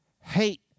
hate